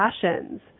passions